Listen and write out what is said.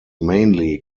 mainly